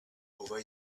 over